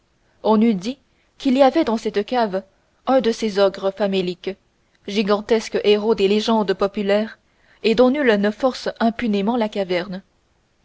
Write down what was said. on eût dit qu'il y avait dans cette cave un de ces ogres faméliques gigantesques héros des légendes populaires et dont nul ne force impunément la caverne